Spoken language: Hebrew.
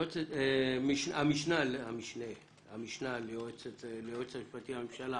המשנה ליועץ המשפטי לממשלה